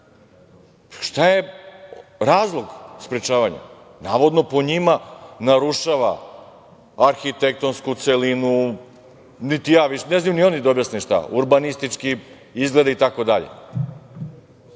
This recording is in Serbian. Šta je razlog sprečavanja? Navodno po njima narušava arhitektonsku celinu, ne znaju ni oni da objasne šta, urbanistički izgled, itd. Kako je